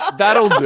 ah that'll do